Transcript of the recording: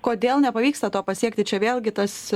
kodėl nepavyksta to pasiekti čia vėlgi tas